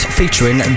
featuring